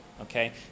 Okay